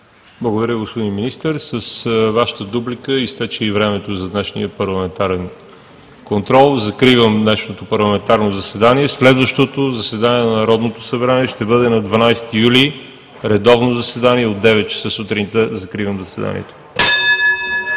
Благодаря, господин Министър. С Вашата дуплика изтече и времето за днешния парламентарен контрол. Закривам днешното парламентарно заседание. Следващото заседание на Народното събрание ще бъде на 12 юли 2017 г., редовно заседание, от 9.00 ч. сутринта. Закривам заседанието.